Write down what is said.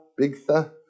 Bigtha